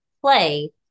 play